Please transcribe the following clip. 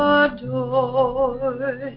adore